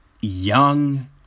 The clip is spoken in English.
young